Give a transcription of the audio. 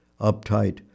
Uptight